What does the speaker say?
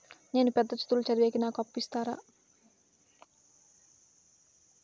నేను పెద్ద చదువులు చదివేకి నాకు అప్పు ఇస్తారా